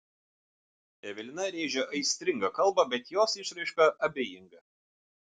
evelina rėžia aistringą kalbą bet jos išraiška abejinga